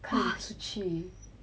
看出去